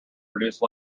reduce